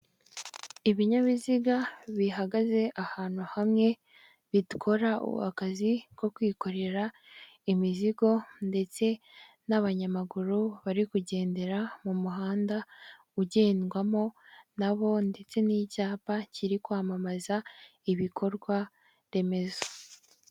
Ibinyabiziga bihagaze ahantu hamwe bikora akazi ko kwikorera imizigo ndetse n'abanyamaguru bari kugendera mu muhanda ugendwamo nabo ndetse n'icyapa kiri kwamamaza ibikorwaremezo.